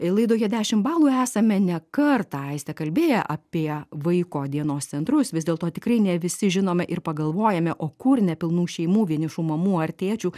laidoje dešimt balų esame ne kartą aiste kalbėję apie vaiko dienos centrus vis dėlto tikrai ne visi žinome ir pagalvojame o kur nepilnų šeimų vienišų mamų ar tėčių